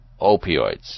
opioids